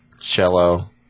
cello